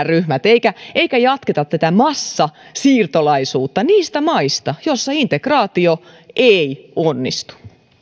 ryhmät eikä eikä jatketa tätä massasiirtolaisuutta niistä maista joissa integraatio ei onnistu arvoisa